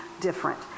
different